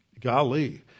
golly